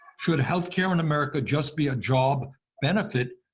should healthcare in america just be a job benefit,